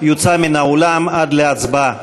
יוצא מן האולם עד להצבעה.